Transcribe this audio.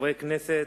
חברי כנסת,